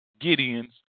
Gideon's